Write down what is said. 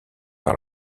par